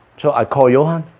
so i call johan